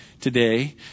today